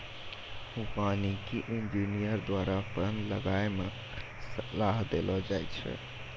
वानिकी इंजीनियर द्वारा वन लगाय मे सलाह देलो जाय छै